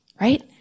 right